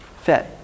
fit